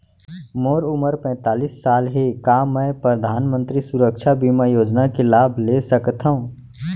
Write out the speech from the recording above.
मोर उमर पैंतालीस साल हे का मैं परधानमंतरी सुरक्षा बीमा योजना के लाभ ले सकथव?